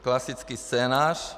Klasický scénář.